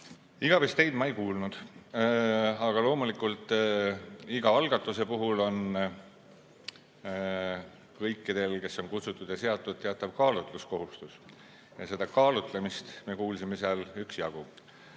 ütlemist ma ei kuulnud. Aga loomulikult iga algatuse puhul on kõikidel, kes on kutsutud ja seatud, teatav kaalutluskohustus. Ja seda kaalutlemist me kuulsime seal üksjagu.